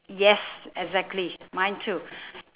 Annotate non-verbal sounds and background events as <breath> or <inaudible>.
yes exactly mine too <breath>